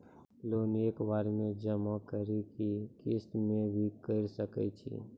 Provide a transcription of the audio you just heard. Loan एक बार जमा म करि कि किस्त मे भी करऽ सके छि?